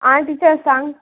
आ teacher सांग